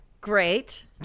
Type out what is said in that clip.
Great